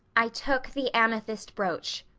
i took the amethyst brooch,